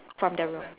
from the room